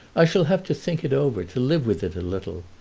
i shall have to think it over, to live with it a little.